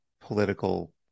political